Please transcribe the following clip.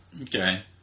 Okay